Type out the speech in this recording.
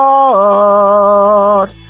Lord